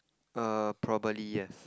err probably yes